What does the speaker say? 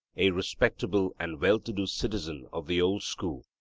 a respectable and well-to-do citizen of the old school,